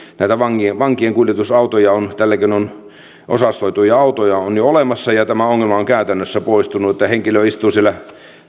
näitä vankienkuljetusautoja osastoituja autoja täälläkin on jo olemassa ja tämä ongelma on käytännössä poistunut henkilö istuu siellä